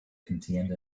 contained